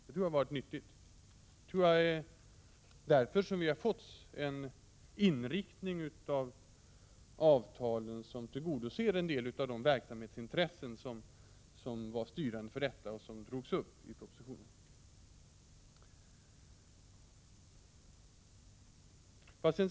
Det har varit nyttigt, och det har medfört att vi fått en inriktning av avtalen som tillgodoser den del av verksamhetsintressena som var styrande och som drogs upp i propositionen.